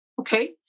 okay